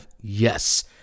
Yes